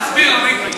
תסביר לו, מיקי.